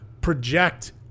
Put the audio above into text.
project